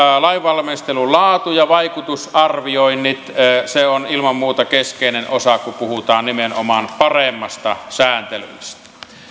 lainvalmistelun laatu ja vaikutusarvioinnit se on ilman muuta keskeinen osa kun puhutaan nimenomaan paremmasta sääntelystä